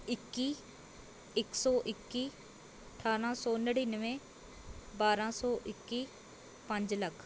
ਇੱਕੀ ਇੱਕ ਸੌ ਇੱਕੀ ਅਠਾਰ੍ਹਾਂ ਸੌ ਨੜਿਨਵੇਂ ਬਾਰ੍ਹਾਂ ਸੌ ਇੱਕੀ ਪੰਜ ਲੱਖ